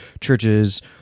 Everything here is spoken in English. churches